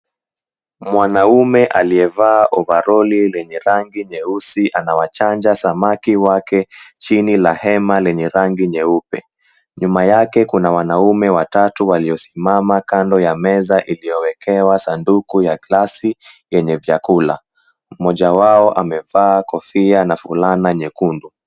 Mwanaume aliyevaa ovaroli lenye rangi nyeusi anawachanja samaki wake chini na hema lenye rangi nyeupe. Nyuma yake kuna wanaume watatu waliosimama kando ya meza iliyowekwa sanduku ya glasi yenye vyakula. Mmoja wao amevaa kofia na fulana nyekundu.